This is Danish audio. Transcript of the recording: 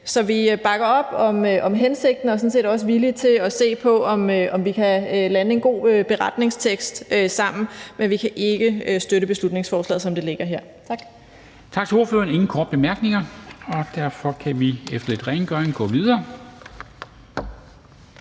Så vi bakker op om hensigten og er sådan set også villige til at se på, om vi kan lande en god beretningstekst sammen. Men vi kan ikke støtte beslutningsforslaget, som det ligger her. Tak. Kl. 11:19 Formanden (Henrik Dam Kristensen): Tak til ordføreren. Der er ingen korte bemærkninger. Derfor kan vi efter rengøring gå videre.